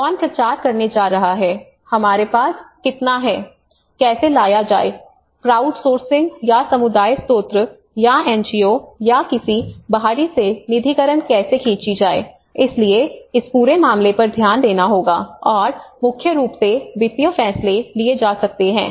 कौन प्रचार करने जा रहा है हमारे पास कितना है कैसे लाया जाए क्राउडसोर्सिंग या समुदाय स्रोत या एनजीओ या किसी बाहरी से निधिकरण कैसे खींची जाए इसलिए इस पूरे मामले पर ध्यान देना होगा और मुख्य रूप से वित्तीय फैसले लिए जा सकते हैं